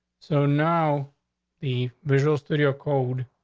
so now the visual studio code,